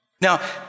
Now